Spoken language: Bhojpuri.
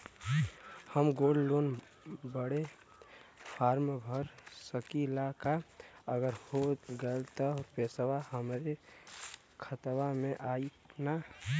हम गोल्ड लोन बड़े फार्म भर सकी ला का अगर हो गैल त पेसवा हमरे खतवा में आई ना?